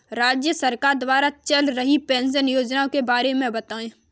राज्य सरकार द्वारा चल रही पेंशन योजना के बारे में बताएँ?